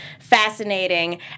fascinating